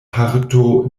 parto